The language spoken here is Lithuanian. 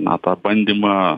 na tą bandymą